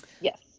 Yes